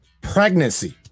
pregnancy